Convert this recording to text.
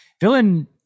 villain